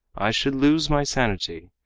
i should lose my sanity,